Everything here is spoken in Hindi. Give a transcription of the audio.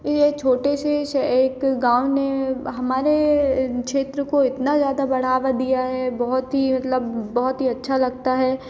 ये एक छोटे से श एक गाँव ने हमारे क्षेत्र को इतना ज़्यादा बढ़ावा दिया है बहुत ही मतलब बहुत ही अच्छा लगता है